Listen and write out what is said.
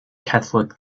catholic